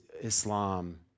Islam